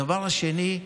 דבר שני,